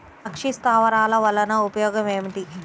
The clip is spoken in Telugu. పక్షి స్థావరాలు వలన ఉపయోగం ఏమిటి?